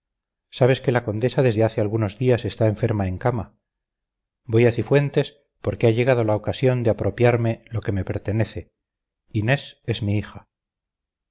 sabes que la condesa desde hace algunos días está enferma en cama voy a cifuentes porque ha llegado la ocasión de apropiarme lo que me pertenece inés es mi hija